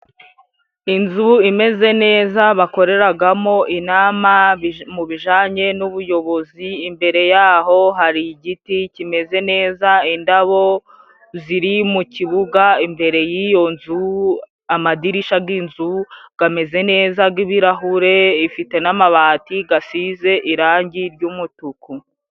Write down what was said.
Inzu imeze neza bakoreragamo inama mu bijanye n'ubuyobozi. Imbere yaho hari igiti kimeze neza indabo ziri mu kibuga imbere y'iyo nzu amadirisha g'inzu gameze neza, g'ibirahure ifite n'amabati gasize irangi ry'umutuku.